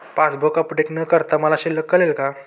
Passbook update न करता मला शिल्लक कळेल का?